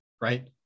right